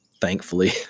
thankfully